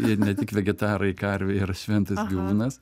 jie ne tik vegetarai karvė yra šventas gyvūnas